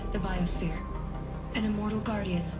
the biosphere an immortal guardian.